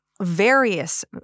various